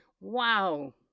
Wow